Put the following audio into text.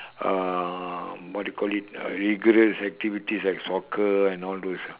uh what you called it uh rigorous activities like soccer and all those